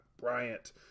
Bryant